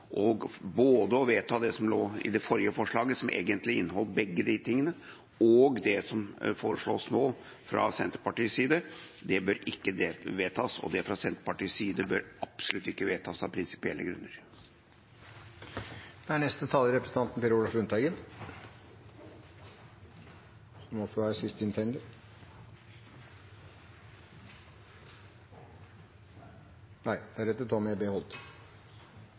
det som lå i det forrige forslaget, som egentlig inneholder begge de tingene, og det som nå foreslås fra Senterpartiets side, bør ikke vedtas, og det fra Senterpartiets side bør absolutt ikke vedtas av prinsipielle grunner. Jeg vil takke saksordføreren for hans arbeid. Det var først gjennom den revisjonen av mandatfordelingen som